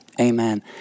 Amen